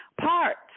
parts